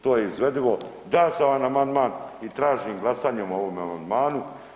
To je izvedivo, da sam vam amandman i tražim glasanje o ovom amandmanu.